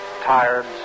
Tired